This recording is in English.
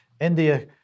India